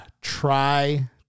try